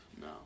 No